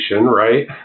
right